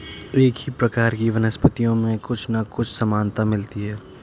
एक ही प्रकार की वनस्पतियों में कुछ ना कुछ समानता मिलती है